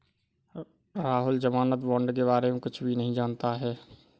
राहुल ज़मानत बॉण्ड के बारे में कुछ भी नहीं जानता है